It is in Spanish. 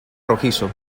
rojizo